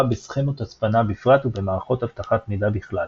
בסכמות הצפנה בפרט ובמערכות אבטחת מידע בכלל.